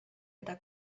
eta